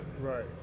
right